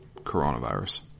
coronavirus